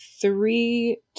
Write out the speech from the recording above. three